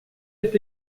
est